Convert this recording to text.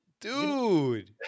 dude